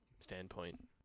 standpoint